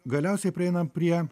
galiausiai prieinam prie